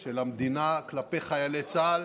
של המדינה כלפי חיילי צה"ל,